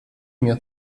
mir